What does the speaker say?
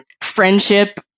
friendship